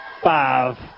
five